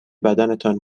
بدنتان